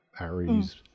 Aries